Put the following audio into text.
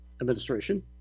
administration